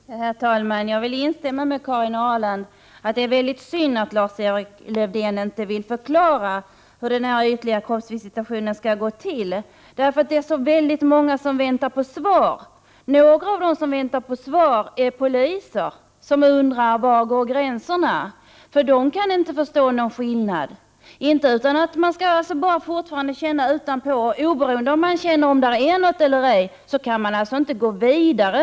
Herr talman! Jag vill instämma med Karin Ahrland att det är väldigt synd att Lars-Erik Lövdén inte vill förklara hur den ytliga kroppsvisitationen skall gå till. Väldigt många väntar på besked. Några av dem som väntar på svar är poliser, som undrar var gränserna går — de kan inte förstå vari skillnaderna består. Skall de fortfarande bara känna utanpå kläderna? Oberoende av om de känner att det finns något misstänkt eller ej kan de enligt ert förslag inte gå vidare.